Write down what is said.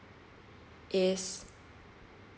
is